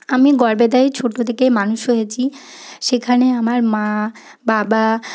আমি গড়বেতায় ছোটো থেকে মানুষ হয়েছি সেখানে আমার মা বাবা